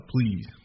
please